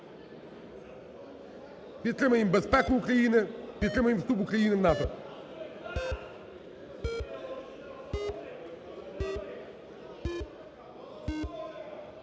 Підтримаємо безпеку України, підтримаємо вступ України в НАТО.